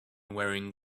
wearing